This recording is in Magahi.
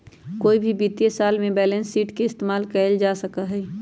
कोई भी वित्तीय साल में बैलेंस शीट के इस्तेमाल कइल जा सका हई